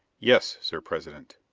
yes, sir president.